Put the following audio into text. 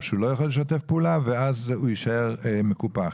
שהוא לא יכול לשתף פעולה ואז הוא יישאר מקופח.